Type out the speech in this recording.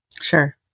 Sure